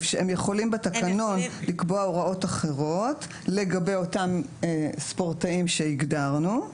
הם יכולים בתקנון לקבוע הוראות אחרות לגבי אותם ספורטאים שהגדרנו,